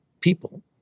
people